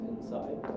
inside